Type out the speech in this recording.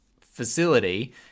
facility